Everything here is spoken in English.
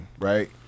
right